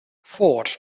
ford